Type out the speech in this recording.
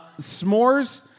S'mores